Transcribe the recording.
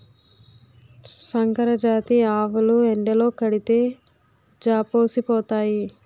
సంకరజాతి ఆవులు ఎండలో కడితే జాపోసిపోతాయి